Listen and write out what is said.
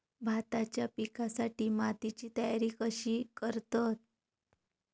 भाताच्या पिकासाठी मातीची तयारी कशी करतत?